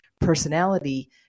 personality